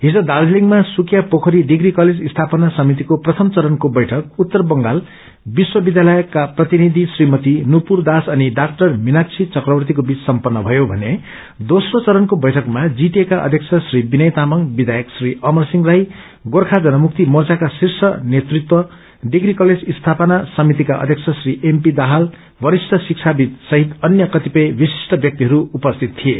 हिज दार्जीलिङमास पुकियापोखरी degree college स्थापना समितिको प्रथम चरणको बैठक उत्तर बंगाल विश्व विध्यालयको प्रतिनिधी श्रीमती नुपुर दास अनि डाक्टर मिणाशी चक्रवर्तीको बीच सम्पन्न भयो भने दोस्रो चरणको बैठकमा जीटीए का अध्यक्ष श्री विनय तामाङ विधायक श्री अमर सिंह राई गोर्खा जनमुक्ति मोर्चाका श्रीष नेतृत्व डिग्री कलेज स्थापना समितिका अध्यक्ष श्री एम पी दाहाल वरिष्ट क्षिबवीद सहित अन्य क्रतिपय विशिष्ट व्यक्तिहरू उपस्थित थिए